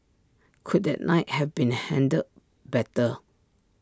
could that night have been handled better